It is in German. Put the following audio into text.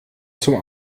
zum